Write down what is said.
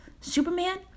Superman